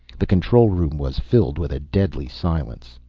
the control room was filled with a deadly silence.